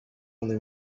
only